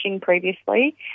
previously